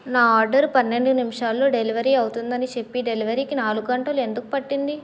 నా ఆర్డరు పన్నెండు నిమిషాల్లో డెలివర్ అవుతుందని చెప్పి డెలివరీకి నాలుగు గంటలు ఎందుకు పట్టింది